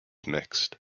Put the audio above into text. mixed